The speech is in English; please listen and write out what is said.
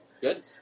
Good